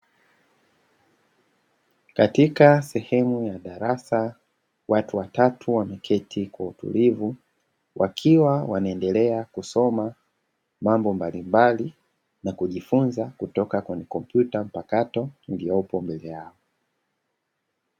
Katika sehemu ya darasa, watu watatu wameketi kwa utulivu, wakiwa wanaendelea kusoma mambo mbalimbali, na kujifunza kutoka kwenye kompyuta mpakato iliyopo mbele yao.